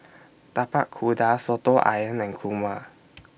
Tapak Kuda Soto Ayam and Kurma